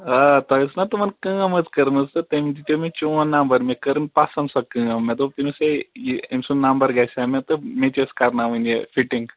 آ تۄہہِ ٲسٕو نا تِمَن کٲم حظ کٔرٕمٕژ تہٕ تٔمۍ دُیتیو مےٚ چون نمبر مےٚ کٔرٕن پَسنٛد سۄ کٲم مےٚ دوٚپ تٔمِس ہے یہِ أمۍ سُنٛد نمبَر گژھِ مےٚ تہٕ مےٚ تہِ ٲسۍ کَرٕناوٕنۍ یہِ فِٹِنٛگ